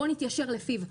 בוא נתיישר לפיו.